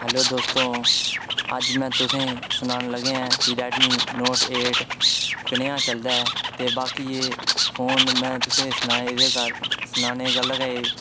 hello दोस्तो अज्ज में तुसेंगी सनान लग्गेआ ऐं रेड मी नोट एट कनेहा चलदा ऐ ते बाकी फोन में तुसेंग सनाने दी